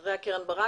אחריה קרן ברק,